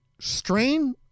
strain